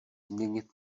změnit